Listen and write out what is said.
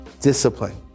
Discipline